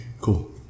cool